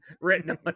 written